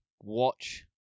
watch